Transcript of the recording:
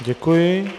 Děkuji.